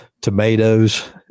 tomatoes